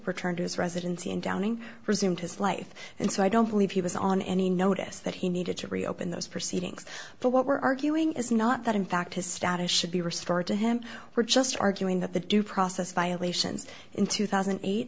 his residency in downing resumed his life and so i don't believe he was on any notice that he needed to reopen those proceedings but what we're arguing is not that in fact his status should be restored to him we're just arguing that the due process violations in two thousand and eight